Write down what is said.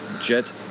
jet